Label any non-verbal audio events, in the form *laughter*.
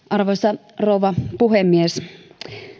*unintelligible* arvoisa rouva puhemies